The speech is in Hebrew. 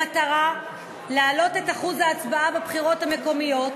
במטרה להעלות את אחוז ההצבעה בבחירות המקומיות